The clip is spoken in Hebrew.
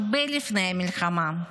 הרבה לפני המלחמה.